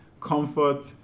comfort